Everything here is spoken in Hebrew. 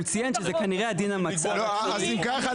הוא ציין שזה כנראה הדין המצוי --- אז אם כך,